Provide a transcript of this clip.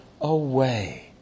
away